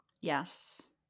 Yes